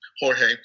Jorge